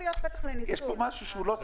יש פה משהו שלא עושה שכל.